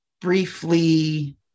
briefly